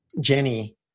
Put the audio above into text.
Jenny